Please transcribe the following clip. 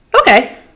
okay